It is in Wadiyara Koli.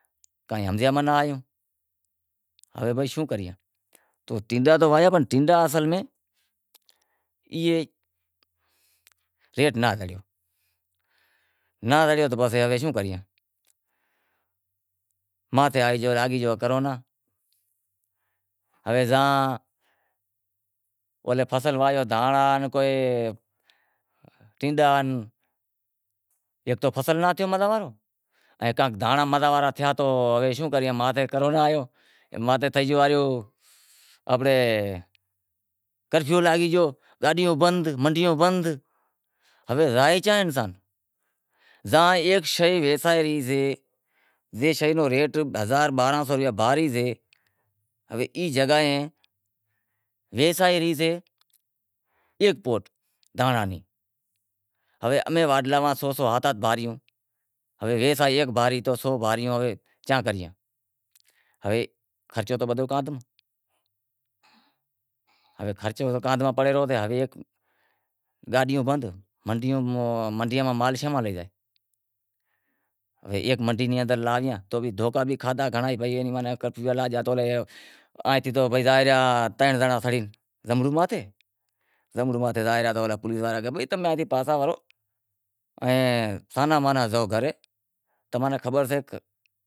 کائیں ہمز میں ناں آیو پسے شوں کرے۔ ٹینڈا تو واہویا پر ریٹ ناں زڑیو، ناں زڑیو تو پسے ہوے شوں کریئے، ماتھے لاگی گیو کرونا، ہوے زاں فصل واہویو دہانڑا کو ٹینڈا ایک تو فصل ناں تھیو مزا وارو ان دہانڑا مزے وارا تھیا تو شوں کراں ماتھے کرونا آیو ماتھے تھے گیو اڑے کرفیو لاگی گیو، گاڈیوں بند منڈیوں بند ہوے زائے چینڑ ساں، ہوے ایک شے ویسائے ری سے ای شے رو ریٹ ہزار باراں سو روپیا باری سے ہوے ای جگائیں ویسائی ریہ سیں، ہوے اماں وٹ سو سو ہات ہات باریوں ہوے ویسائے ایک باری تو سو باریوں چیاں کریجے؟ ہوے خرچو کاندھ میں پڑے ریو گاڈیوں بند تو منڈییے میں مال شے ماں لے جایئے؟ ایک منڈی میں اندر لاگیاتو دھوکا بھی تتھی گیا کرفیو لاگے گیا بھائی ہاز ترن زنرا سڑے گیا تو پہلیس واڑا کہیں بھائی تمیں پاچھا وڑو زائو گھرے